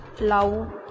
love